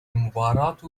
المباراة